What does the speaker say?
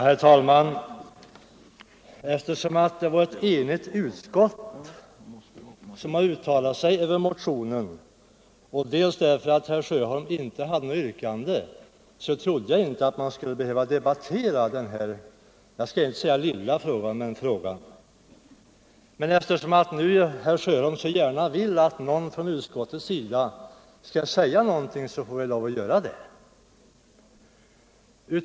Herr talman! Dels därför att ett enigt utskott uttalat sig över motionen, dels därför att herr Sjöholm inte har framställt något yrkande, så trodde jag inte att vi skulle behöva debattera den här — jag skall inte säga lilla frågan. Eftersom herr Sjöholm nu så gärna vill att någon från utskottet skall säga någonting i frågan, så får väl jag lov att göra det.